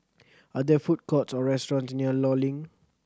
are there food courts or restaurants near Law Link